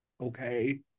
okay